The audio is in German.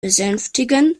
besänftigen